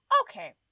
Okay